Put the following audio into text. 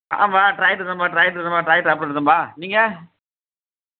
ஆமாம் ட்ராக்டர் தாம்ப்பா ட்ராக்டர் தாம்ப்பா ட்ராக்டர் ஆப்ரேட்டர் தாம்ப்பா நீங்கள்